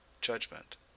judgment